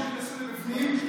שבאו ונכנסו בפנים,